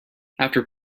after